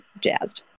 jazzed